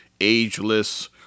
ageless